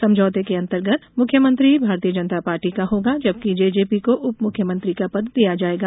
समझौते के अंतर्गत मुख्यमंत्री भारतीय जनता पार्टी का होगा जबकि जेजेपी को उप मुख्यमंत्री का पद दिया जाएगा